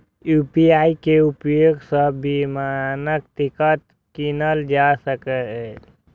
UPI के उपयोग सं विमानक टिकट कीनल जा सकैए